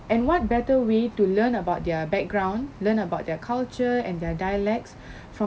and what better way to learn about their background learn about their culture and their dialects from